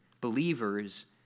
believers